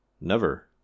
Never